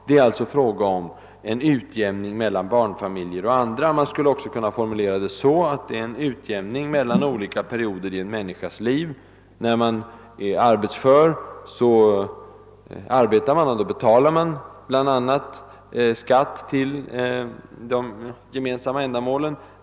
Det är alltså fråga om en utjämning mellan Man skulle också kunna formulera det så, att det är en utjämning mellan olika perioder i en människas liv. När man är arbetsför och har inkomst betalar man bl.a. skatt till de gemensamma ändamålen.